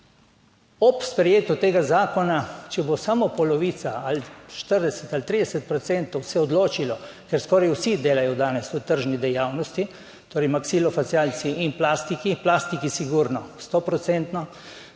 Ob sprejetju tega zakona, če bo samo polovica ali 40 ali 30 procentov, se odločilo, ker skoraj vsi delajo danes v tržni dejavnosti, torej maksilofacialciji in plastiki, plastiki, sigurno, sto procentno.